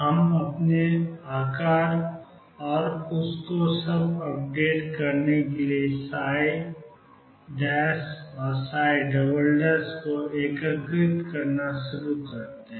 हम अपने आकार और उस सब को अपडेट करने के लिए और " को एकीकृत करना शुरू करते हैं